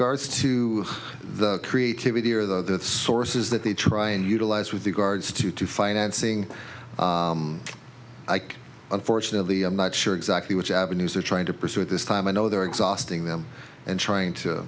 regards to the creativity or the sources that they try and utilize with regards to to financing i could unfortunately i'm not sure exactly which avenues they're trying to pursue at this time i know they're exhausting them and trying to